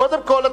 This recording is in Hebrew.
קודם כול,